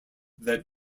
that